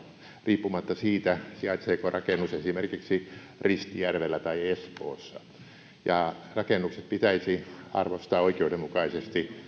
riippumatta siitä sijaitseeko rakennus esimerkiksi ristijärvellä vai espoossa rakennukset pitäisi arvostaa oikeudenmukaisesti